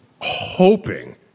hoping